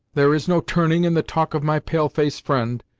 there is no turning in the talk of my pale-face friend,